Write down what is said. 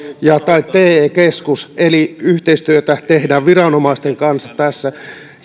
tai te keskus mukana eli yhteistyötä tehdään viranomaisten kanssa tässä